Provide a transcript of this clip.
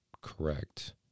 correct